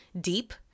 deep